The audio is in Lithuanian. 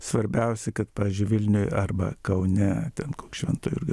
svarbiausi kad pavyzdžiui vilniuj arba kaune ten koks švento jurgio